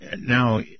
Now